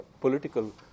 political